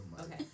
Okay